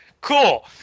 Cool